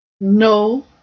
No